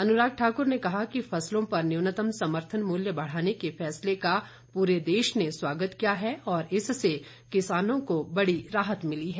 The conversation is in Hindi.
अनुराग ठाकुर ने कहा कि फसलों पर न्यूनतम समर्थन मूल्य बढ़ाने के फैसले का पूरे देश ने स्वागत किया है और इससे किसानों को बड़ी राहत मिली है